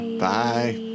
bye